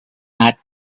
act